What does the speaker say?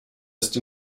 ist